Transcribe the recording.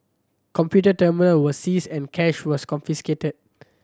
computer terminal were seized and cash was confiscated